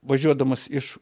važiuodamas iš